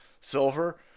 silver